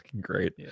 great